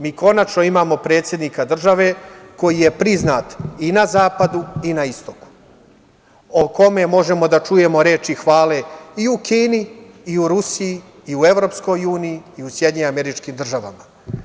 Mi konačno imamo predsednika države koji je priznat i na zapadu i na istoku, o kome možemo da čujemo reči hvale i u Kini i u Rusiji i u EU i u SAD.